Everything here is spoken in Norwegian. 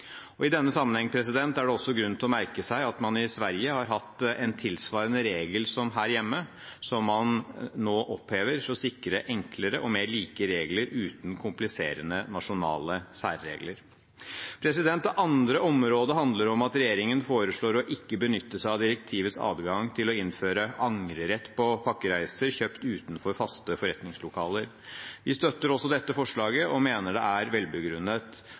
I denne sammenheng er det også grunn til å merke seg at man i Sverige har hatt en tilsvarende regel som her hjemme, som man nå opphever for å sikre enklere og mer like regler uten kompliserende nasjonale særregler. Det andre området handler om at regjeringen foreslår at man ikke benytter seg av direktivets adgang til å innføre angrerett på pakkereiser kjøpt utenfor faste forretningslokaler. Vi støtter også dette forslaget og mener det er velbegrunnet.